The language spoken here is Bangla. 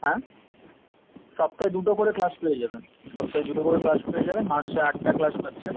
হ্যাঁ সপ্তাহে দুটো করে ক্লাস পেয়ে যাবেন সপ্তাহে দুটো করে ক্লাস পেয়ে যাবেন মাসে আটটা ক্লাস পাচ্ছেন